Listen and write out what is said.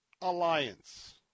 alliance